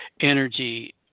energy